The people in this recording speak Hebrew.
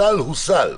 הסל הוא סל.